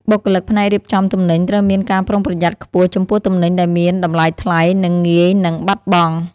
បុគ្គលិកផ្នែករៀបចំទំនិញត្រូវមានការប្រុងប្រយ័ត្នខ្ពស់ចំពោះទំនិញដែលមានតម្លៃថ្លៃ និងងាយនឹងបាត់បង់។